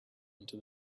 into